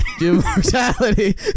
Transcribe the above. Immortality